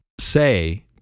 say –